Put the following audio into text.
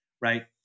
right